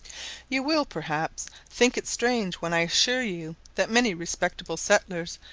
you will, perhaps, think it strange when i assure you that many respectable settlers,